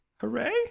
Hooray